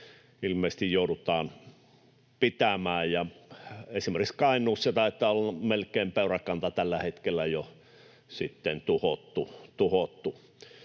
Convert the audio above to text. joudutaan pitämään. Esimerkiksi Kainuussa taitaa olla melkein peurakanta tällä